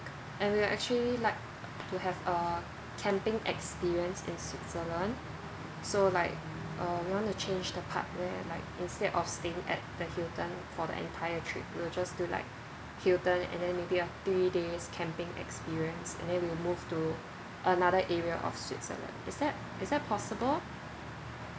and we're actual like to have a camping experience in switzerland so like uh we want to change the part where like instead of like staying at the hilton for the entire trip we'll just do like hilton and then maybe a three day camping experience and then we'll move to another area of switzerland is that is that possible